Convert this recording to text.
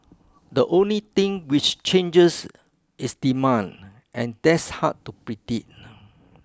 the only thing which changes is demand and that's hard to predict